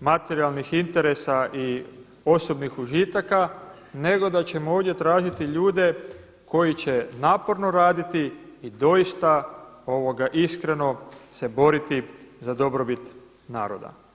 materijalnih interesa i osobnih užitaka, nego da ćemo ovdje tražiti ljude koji će naporno raditi i doista iskreno se boriti za dobrobit naroda.